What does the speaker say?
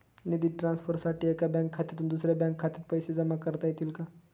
निधी ट्रान्सफरसाठी एका बँक खात्यातून दुसऱ्या बँक खात्यात पैसे जमा करता येतील का?